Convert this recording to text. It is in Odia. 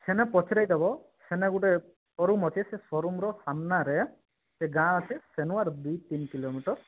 ସେନେ ପଚାରି ଦେବ ସେନେ ଗୁଟେ ସୋ ରୁମ୍ ଅଛେ ସେ ସୋ ରୁମ୍ର ସାମ୍ନାରେ ସେ ଗାଁ ଆସେ ସେନୁ ଆର ଦୁଇ ତିନ୍ କିଲୋମିଟର